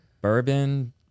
bourbon